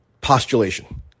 postulation